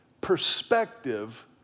perspective